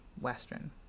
western